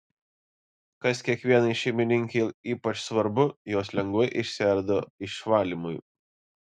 kas kiekvienai šeimininkei ypač svarbu jos lengvai išsiardo išvalymui